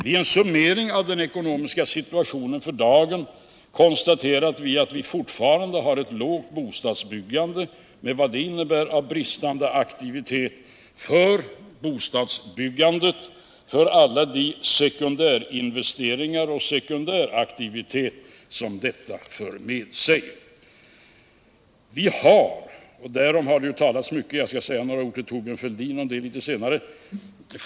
Vid en summering av den ekonomiska situationen för dagen konstaterar vi att vi fortfarande har ett lågt bostadsbyggande med vad det innebär av bristande aktivitet inom byggnadsverksamheten och alla de sekundärverksamheter som denna för med sig. Vi har fortfarande en arbetslöshet som är djupt oroande — jag skall säga några ord till Thorbjörn Fälldin om det litet senare.